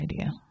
idea